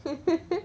so